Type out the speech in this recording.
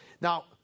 Now